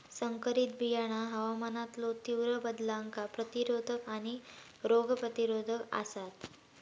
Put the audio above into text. संकरित बियाणा हवामानातलो तीव्र बदलांका प्रतिरोधक आणि रोग प्रतिरोधक आसात